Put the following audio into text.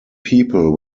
people